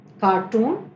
cartoon